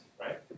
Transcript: right